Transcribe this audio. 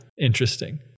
interesting